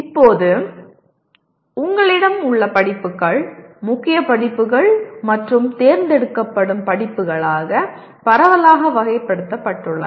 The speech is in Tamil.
இப்போது உங்களிடம் உள்ள படிப்புகள் முக்கிய படிப்புகள் மற்றும் தேர்ந்தெடுக்கப்படும் படிப்புகளாக பரவலாக வகைப்படுத்தப்பட்டுள்ளன